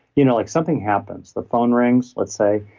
you know like something happens, the phone rings let's say,